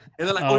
and then i'm